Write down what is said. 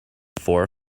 four